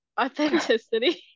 authenticity